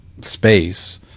space